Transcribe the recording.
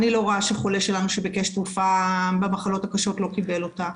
ואני לא רואה שחולה שלנו שביקש תרופה במחלות הקשות לא קיבל אותה.